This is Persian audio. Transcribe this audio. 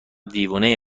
دیوونه